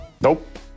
Nope